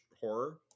horror